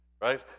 right